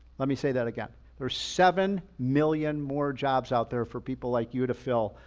let me say that again. there are seven million more jobs out there for people like you to fill,